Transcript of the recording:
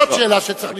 זאת שאלה שצריך לשאול.